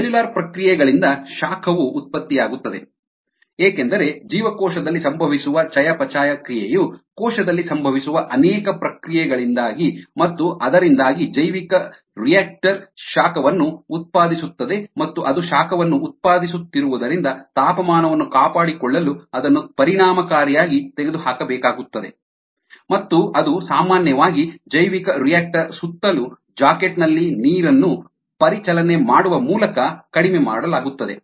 cellular ಪ್ರಕ್ರಿಯೆಗಳಿಂದ ಶಾಖವು ಉತ್ಪತ್ತಿಯಾಗುತ್ತದೆ ಏಕೆಂದರೆ ಜೀವಕೋಶದಲ್ಲಿ ಸಂಭವಿಸುವ ಚಯಾಪಚಯ ಕ್ರಿಯೆಯು ಕೋಶದಲ್ಲಿ ಸಂಭವಿಸುವ ಅನೇಕ ಪ್ರಕ್ರಿಯೆಗಳಿಂದಾಗಿ ಮತ್ತು ಅದರಿಂದಾಗಿ ಜೈವಿಕರಿಯಾಕ್ಟರ್ ಶಾಖವನ್ನು ಉತ್ಪಾದಿಸುತ್ತದೆ ಮತ್ತು ಅದು ಶಾಖವನ್ನು ಉತ್ಪಾದಿಸುತ್ತಿರುವುದರಿಂದ ತಾಪಮಾನವನ್ನು ಕಾಪಾಡಿಕೊಳ್ಳಲು ಅದನ್ನು ಪರಿಣಾಮಕಾರಿಯಾಗಿ ತೆಗೆದುಹಾಕಬೇಕಾಗುತ್ತದೆ ಮತ್ತು ಅದು ಸಾಮಾನ್ಯವಾಗಿ ಜೈವಿಕರಿಯಾಕ್ಟರ್ ಸುತ್ತಲೂ ಜಾಕೆಟ್ ನಲ್ಲಿ ನೀರನ್ನು ಪರಿಚಲನೆ ಮಾಡುವ ಮೂಲಕ ಕಡಿಮೆ ಮಾಡಲಾಗುತ್ತದೆ